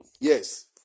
yes